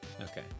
Okay